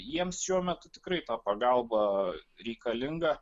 jiems šiuo metu tikrai ta pagalba reikalinga